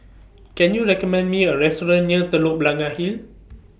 Can YOU recommend Me A Restaurant near Telok Blangah Hill